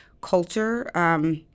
culture